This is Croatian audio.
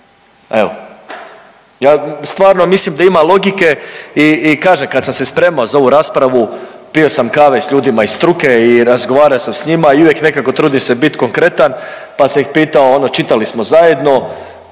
Evo, ja stvarno mislim da ima logike i kažem, kad sam se spremao za ovu raspravu, pio sam kave i s ljudima iz struke i razgovarao sam s njima i uvijek nekako trudim se bit konkretan pa sam ih pitao ono, čitali smo zajedno